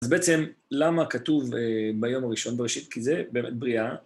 אז בעצם למה כתוב ביום הראשון בראשית? כי זה באמת בריאה.